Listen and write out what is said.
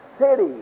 city